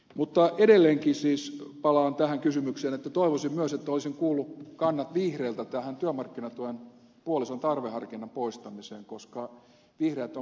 mutta edelleenkin siis palaan tähän kysymykseen että toivoisin myös että olisi kuullut kannat vihreiltä tähän työmarkkinatuen puolison tarveharkinnan poistamiseen koska vihreät ovat puhuneet tästä